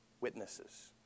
witnesses